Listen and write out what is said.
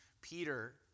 Peter